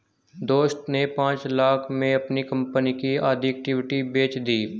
दोस्त ने पांच लाख़ में अपनी कंपनी की आधी इक्विटी बेंच दी